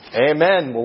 Amen